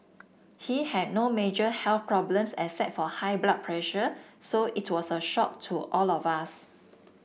he had no major health problems except for high blood pressure so it was a shock to all of us